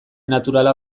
naturala